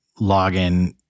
login